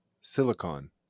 Silicon